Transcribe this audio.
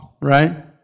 right